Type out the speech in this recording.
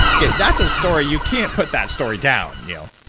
yeah that's a story you can't put that story down you know